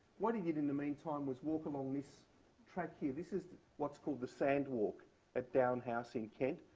what he did in the meantime was walk along this track here. this is what's called the sandwalk at down house in kent,